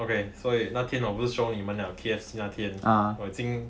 okay 所以那天我不是 show 你们 P_S 那天我已经